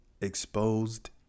exposed